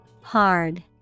Hard